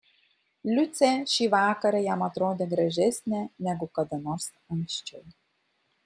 liucė šį vakarą jam atrodė gražesnė negu kada nors anksčiau